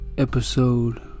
Episode